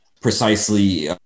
precisely